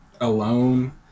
alone